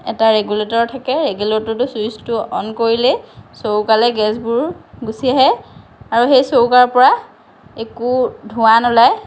এটা ৰেগুলেটৰ থাকে ৰেগুলেটৰটো ছুইটছটো অন কৰিলেই চৌকালৈ গেছবোৰ গুচি আহে আৰু সেই চৌকাৰ পৰা একো ধোৱা নোলায়